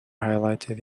highlighted